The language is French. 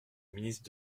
ministre